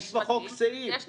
יש בחוק סעיף.